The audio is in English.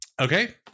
Okay